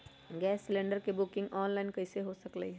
Gas cylinder के booking online कईसे हो सकलई ह?